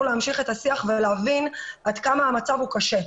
להמשיך את השיח ולהבין עד כמה המצב הוא קשה.